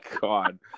God